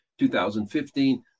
2015